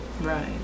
right